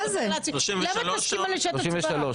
למה את מסכימה לשעת הצבעה?